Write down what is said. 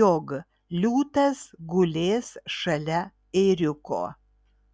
jog liūtas gulės šalia ėriuko